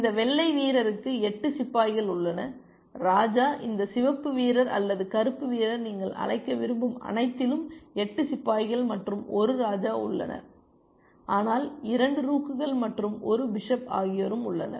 இந்த வெள்ளை வீரருக்கு 8 சிப்பாய்கள் உள்ளன ராஜா இந்த சிவப்பு வீரர் அல்லது கருப்பு வீரர் நீங்கள் அழைக்க விரும்பும் அனைத்திலும் 8 சிப்பாய்கள் மற்றும் ஒரு ராஜா உள்ளனர் ஆனால் 2 ரூக்குகள் மற்றும் ஒரு பிஷப் ஆகியோரும் உள்ளனர்